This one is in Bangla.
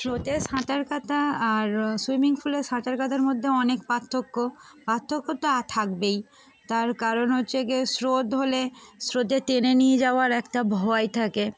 স্রোতে সাঁতার কাটা আর সুইমিং পুলের সাঁতার কাতার মধ্যে অনেক পার্থক্য পার্থক্য তো আর থাকবেই তার কারণ হচ্ছে গ স্রোত হলে স্রোতে টেনে নিয়ে যাওয়ার একটা ভয় থাকে